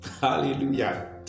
Hallelujah